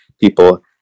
people